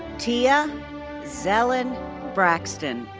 tiyah zellynn braxton.